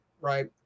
right